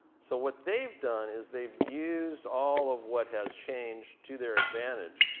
so what they've done is they've used all of what has changed to their advantage.